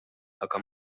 aga